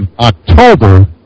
October